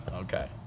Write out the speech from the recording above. Okay